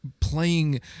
playing